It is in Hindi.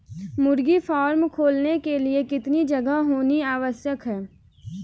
मुर्गी फार्म खोलने के लिए कितनी जगह होनी आवश्यक है?